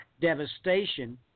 devastation